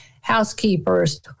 housekeepers